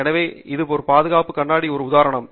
எனவே இங்கே ஒரு பாதுகாப்பு கண்ணாடி ஒரு உதாரணம்